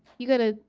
you gotta,